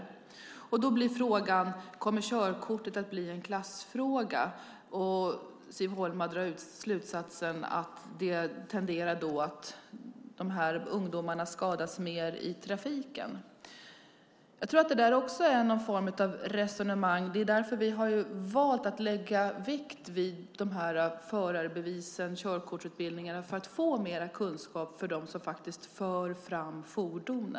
Och då är frågan: Kommer körkortet att bli en klassfråga? Siv Holma drar slutsatsen att dessa ungdomar tenderar att skadas mer i trafiken. Vi har valt att lägga vikt vid förarbevis och körkortsutbildning för att de som faktiskt för fram fordonen ska få mer kunskap.